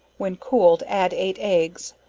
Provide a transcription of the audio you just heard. when cooled add eight eggs,